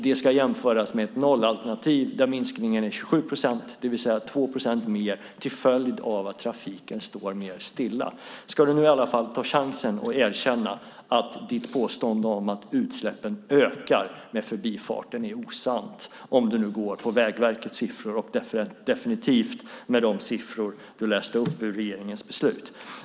Det ska jämföras med ett nollalternativ där minskningen är 27 procent, det vill säga 2 procent mer till följd av att trafiken står stilla mer. Ska du ta chansen och erkänna att ditt påstående att utsläppen ökar med förbifarten är osant? Detta gäller alltså om du går på Vägverkets siffror och definitivt om du går på de siffror som du läste upp från regeringens beslut.